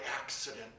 accident